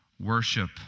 Worship